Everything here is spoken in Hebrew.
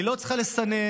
היא לא צריכה לסנן,